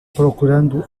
procurando